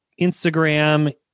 Instagram